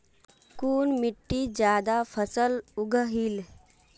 कुन मिट्टी ज्यादा फसल उगहिल?